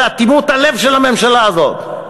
לאטימות הלב של הממשלה הזאת.